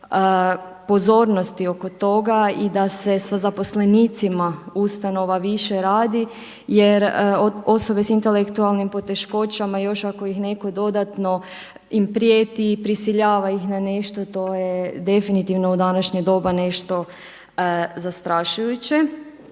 pozornosti oko toga i da se sa zaposlenicima ustanova više radi jer osobe s intelektualnim poteškoćama još ako ih neko dodatno im prijeti i prisiljava ih na nešto to je definitivno u današnje doba nešto zastrašujuće.